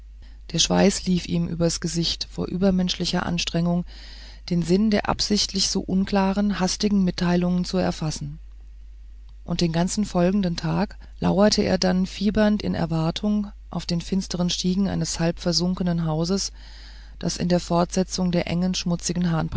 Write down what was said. der schweiß lief ihm übers gesicht vor übermenschlicher anstrengung den sinn der absichtlich so unklaren hastigen mitteilungen zu erfassen und den ganzen folgenden tag lauerte er dann fiebernd in erwartung auf den finsteren stiegen eines halb versunkenen hauses das in der fortsetzung der engen schmutzigen